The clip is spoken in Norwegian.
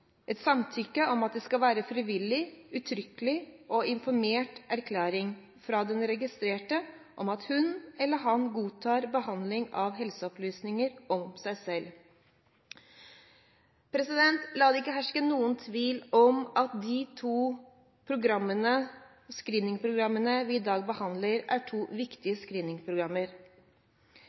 et samtykke om at det skal være frivillig, uttrykkelig og informert erklæring fra den registrerte om at hun eller han godtar behandling av helseopplysninger om seg selv. La det ikke herske noen tvil om at de to screeningprogrammene vi i dag behandler, er to viktige screeningprogrammer.